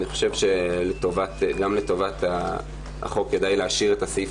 אני חושב שגם לטובת החוק כדאי להשאיר את הסעיף